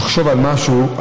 נחשוב על משהו,